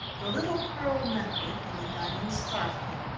the little pearl necklet, and the diamond scarf pin.